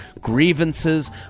grievances